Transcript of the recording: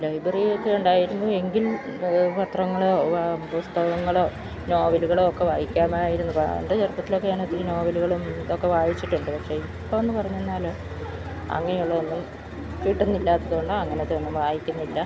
ലൈബ്രറിയൊക്കെ ഉണ്ടായിരുന്നുവെങ്കിൽ അത് പത്രങ്ങളോ പുസ്തകങ്ങളോ നോവലുകളോ ഒക്കെ വായിക്കാമായിരുന്നു പണ്ട് ചെറുപ്പത്തിലൊക്കെ ഞാനൊത്തിരി നോവലുകളും ഇതുമൊക്കെ വായിച്ചിട്ടുണ്ട് പക്ഷേ ഇപ്പോഴെന്ന് പറഞ്ഞുകഴിഞ്ഞാല് അങ്ങനെയുള്ള ഒന്നും കിട്ടുന്നില്ലാത്തതുകൊണ്ട് അങ്ങനത്തെയൊന്നും വായിക്കുന്നില്ല